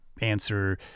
answer